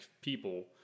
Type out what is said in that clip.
people